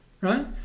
right